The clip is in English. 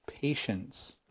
patience